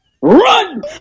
Run